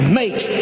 make